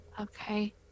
Okay